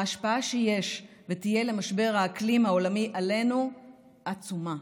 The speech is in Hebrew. ההשפעה שיש ותהיה למשבר האקלים העולמי עלינו עצומה: